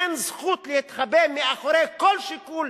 אין זכות להתחבא מאחורי כל שיקול,